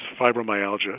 fibromyalgia